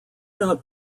not